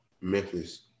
memphis